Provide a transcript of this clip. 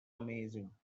amazing